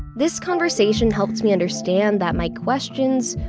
this conversation helped me understand that my questions,